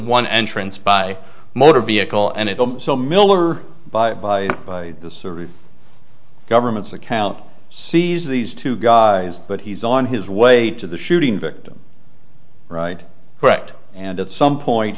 one entrance by motor vehicle and if so miller by by by this sort of governments account sees these two guys but he's on his way to the shooting victim correct and at some point